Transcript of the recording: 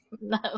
no